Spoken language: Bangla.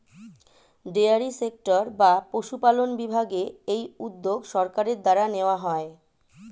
ডেয়ারি সেক্টর বা পশুপালন বিভাগে এই উদ্যোগ সরকারের দ্বারা নেওয়া হয়